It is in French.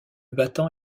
battant